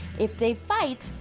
if they fight,